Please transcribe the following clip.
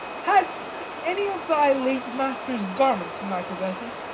hast any of thy late master's garments in thy possession?